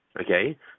Okay